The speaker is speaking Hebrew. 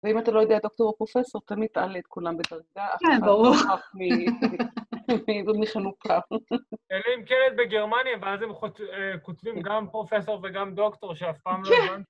ואם אתה לא יודע דוקטור או פרופסור, תמיד תעלה את כולם בדרגה. כן, ברור. אחר כך מחנופה. אלא אם כן את בגרמניה, ואז הם כותבים גם פרופסור וגם דוקטור, שאף פעם לא...